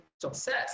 success